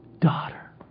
daughter